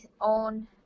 own